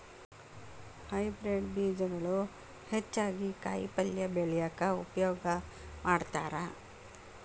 hybrid ಬೇಜಗಳು ಹೆಚ್ಚಾಗಿ ಕಾಯಿಪಲ್ಯ ಬೆಳ್ಯಾಕ ಉಪಯೋಗ ಮಾಡತಾರ